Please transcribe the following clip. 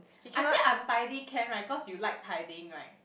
I think untidy can right cause you like tidying right